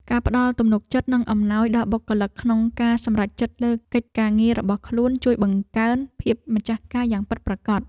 ការផ្ដល់ទំនុកចិត្តនិងអំណាចដល់បុគ្គលិកក្នុងការសម្រេចចិត្តលើកិច្ចការងាររបស់ខ្លួនជួយបង្កើនភាពម្ចាស់ការយ៉ាងពិតប្រាកដ។